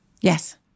Yes